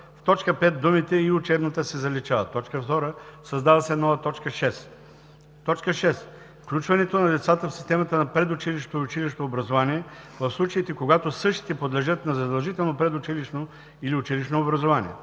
В т. 5 думите „и учебната“ се заличават. 2. Създава се нова т. 6: „6. включването на децата в системата на предучилищното и училищното образование в случаите, когато същите подлежат на задължително предучилищно или училищно образование;“.